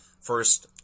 first